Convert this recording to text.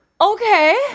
Okay